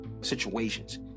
situations